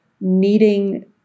needing